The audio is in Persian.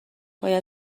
باید